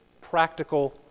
practical